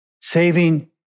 saving